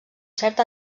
cert